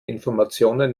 informationen